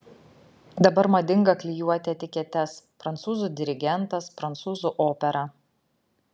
dabar madinga klijuoti etiketes prancūzų dirigentas prancūzų opera